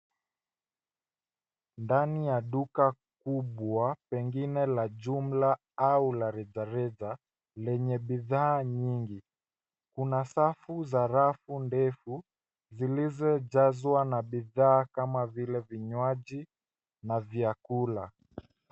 Ndani ya duka kubwa pengine la jumla au la rejareja lenye bidhaa nyingi. Kuna safu za rafu ndefu zilizojazwa na bidhaa kama vile vinywaji na vyakula.